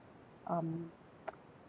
um